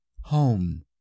Home